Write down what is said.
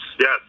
yes